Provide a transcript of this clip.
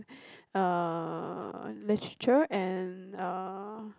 uh literature and uh